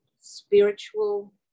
spiritual